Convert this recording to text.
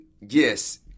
yes